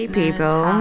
people